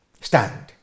Stand